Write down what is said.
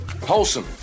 Wholesome